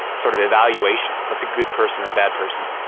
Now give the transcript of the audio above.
sort of evaluations. that's a good person or a bad person.